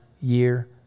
year